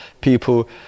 people